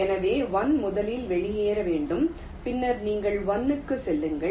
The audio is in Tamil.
எனவே 1 முதலில் வெளியேற வேண்டும் பின்னர் நீங்கள் 2 க்குச் செல்லுங்கள்